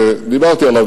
שדיברתי עליו